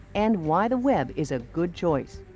and why the web is a good choice.